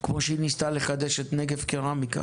כמו שהיא ניסתה לחדש את נגב קרמיקה